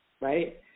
right